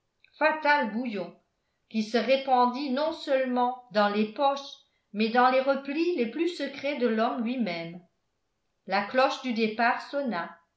fatal bouillon qui se répandit non seulement dans les poches mais dans les replis les plus secrets de l'homme lui-même la cloche du départ sonna